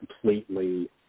completely